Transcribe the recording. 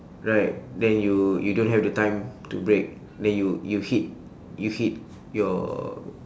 right then you you don't have the time to break then you you hit you hit your